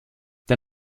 der